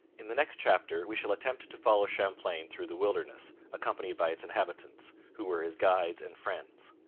in the next chapter we shall attempt to follow champlain through the wilderness, accompanied by its inhabitants, who were his guides and friends.